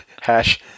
Hash